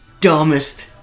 dumbest